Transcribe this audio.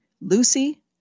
Lucy